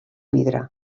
vidre